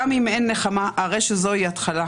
גם אם אין נחמה, הרי שזוהי התחלה.